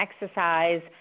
exercise